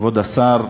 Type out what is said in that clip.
כבוד השר,